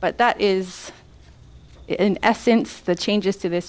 but that is in essence that changes to this